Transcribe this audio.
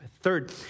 Third